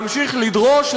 להמשיך לדרוש,